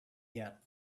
yet